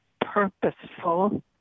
purposeful